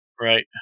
Right